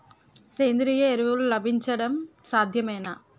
సేంద్రీయ ఎరువులు లభించడం సాధ్యమేనా?